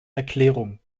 erklärung